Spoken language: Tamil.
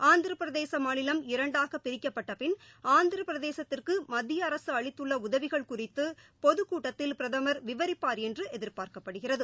ஆந்திரபிரதேச மாநிலம் இரண்டாக பிரிக்கப்பட்டபின் ஆந்திரபிரதேசத்திற்கு மத்திய அரசு அளித்துள்ள உதவிகள் குறித்து பொதுக்கூட்டத்தில் பிரதமா் விவரிப்பாா் என்று எதிர்பார்க்கப்படுகிறது